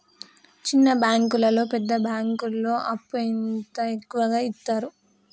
చిన్న బ్యాంకులలో పెద్ద బ్యాంకులో అప్పు ఎంత ఎక్కువ యిత్తరు?